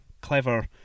clever